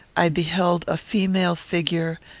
i beheld a female figure,